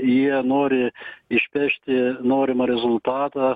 jie nori išpešti norimą rezultatą